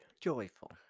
Joyful